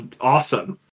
awesome